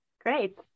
Great